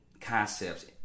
concepts